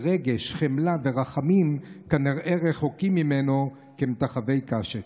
שרגש, חמלה ורחמים כנראה רחוקים ממנו כמטחווי קשת.